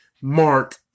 Mark